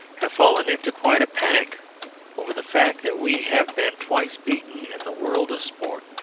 have fallen into quite a panic over the fact that we have been twice beaten in the world of sport,